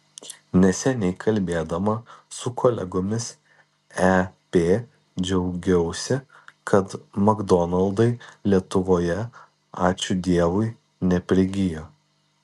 neseniai kalbėdama su kolegomis ep džiaugiausi kad makdonaldai lietuvoje ačiū dievui neprigijo